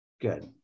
Good